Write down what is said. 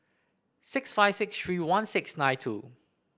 six five six three one six nine two